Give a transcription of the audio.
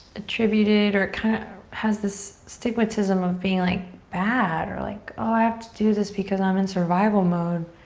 attributed or kind of has this stigmatism of being like bad or like oh, i have to do this because i'm in survival mode.